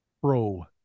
pro